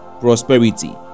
prosperity